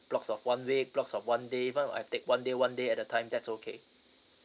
blocks of one week blocks of one day even I take one day one day at the time that's okay